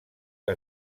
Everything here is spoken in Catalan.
que